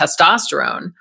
testosterone